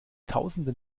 tausenden